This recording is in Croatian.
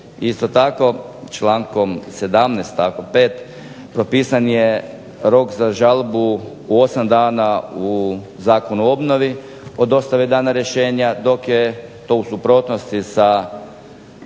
Isto tako člankom 17. stavkom 5. propisan je rok za žalbu u 8 dana u Zakonu o obnovi od dostave dana rješenja dok je to u suprotnosti sa